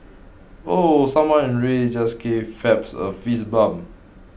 ooh someone in red just gave Phelps a fist bump